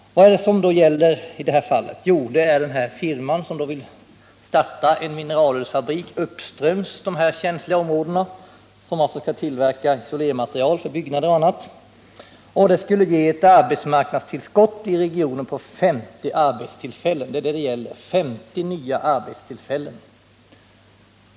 Vad är det nu saken gäller i det här fallet? Jo, ett företag vill starta en mineralullsfabrik uppströms de här känsliga områdena. Fabriken skall tillverka isolermaterial för byggnader och annat och skulle ge ett tillskott till regionens arbetsmarknad med 50 arbetstillfällen.